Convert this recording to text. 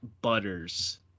Butters